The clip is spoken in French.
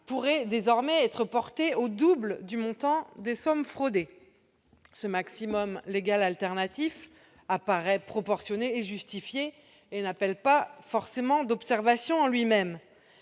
pourrait désormais être porté au double du montant des sommes fraudées. Ce maximum légal alternatif paraît proportionné et justifié et n'appelle pas forcément d'observation en lui-même.